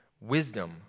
Wisdom